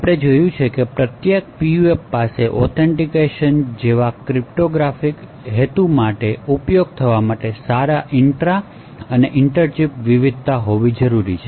આપણે જોયું છે કે પ્રત્યેક PUF પાસે ઑથેનટીકેશન જેવા ક્રિપ્ટોગ્રાફિક હેતુઓ માટે ઉપયોગી થવા માટે સારી ઇન્ટ્રા અને ઇન્ટર ચિપ વિવિધતા હોવી જરૂરી છે